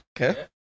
Okay